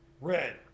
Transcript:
red